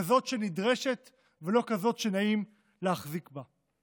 כזאת שנדרשת ולא כזאת שנעים להחזיק בה.